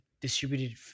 distributed